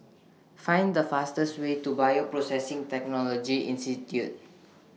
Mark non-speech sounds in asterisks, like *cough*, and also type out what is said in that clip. Find The fastest Way *noise* to Bioprocessing Technology Institute